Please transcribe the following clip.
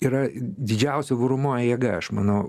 yra didžiausia varomoji jėga aš manau